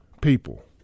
people